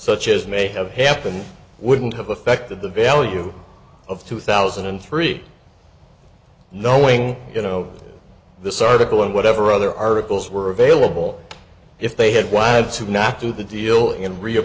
such as may have happened wouldn't have affected the value of two thousand and three knowing you know this article and whatever other articles were available if they had wives to not do the deal in